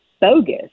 bogus